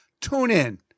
TuneIn